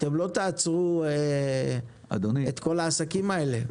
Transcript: אתם לא תעצרו את כל העסקים האלה.